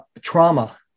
trauma